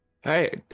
Hey